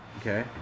Okay